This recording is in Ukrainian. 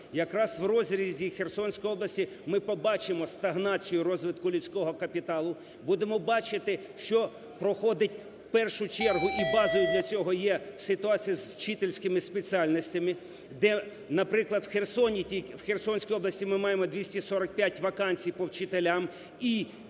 Якраз в розрізі Херсонської області ми побачимо стагнацію розвитку людського капіталу, будемо бачити, що проходить в першу чергу і базою для цього є ситуація з вчительськими спеціальностями, де, наприклад, в Херсонській області ми маємо 245 вакансій по вчителям і 1